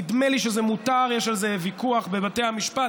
נדמה לי שזה מותר, יש על זה ויכוח בבתי המשפט,